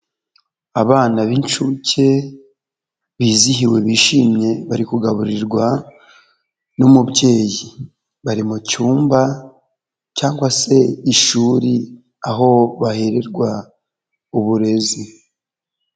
Abana b'inshuke bizihiwe bishimye bari kugaburirwa n'umubyeyi bari mu cyumba cyangwa se ishuri aho bahererwa uburezi.